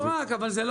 לא רק.